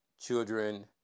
children